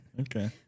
Okay